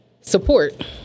support